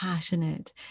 passionate